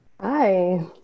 Hi